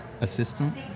assistant